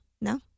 No